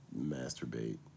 masturbate